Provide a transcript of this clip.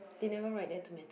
they never write there tomato